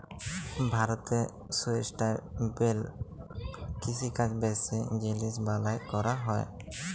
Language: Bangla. ভারতে সুস্টাইলেবেল কিষিকাজ বেশি জিলিস বালাঁয় ক্যরা হ্যয়